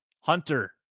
Hunter